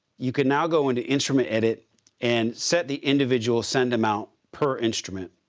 you can now go into instrument edit and set the individual send amount per instrument.